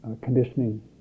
conditioning